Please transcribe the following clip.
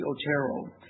Otero